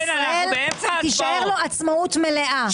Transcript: תישאר לו עצמאות מלאה,